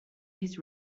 his